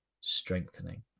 strengthening